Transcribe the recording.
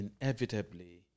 inevitably